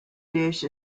dish